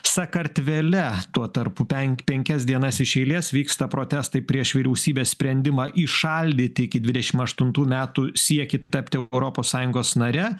sakartvele tuo tarpu penk penkias dienas iš eilės vyksta protestai prieš vyriausybės sprendimą įšaldyti iki dvidešim aštuntų metų siekį tapti europos sąjungos nare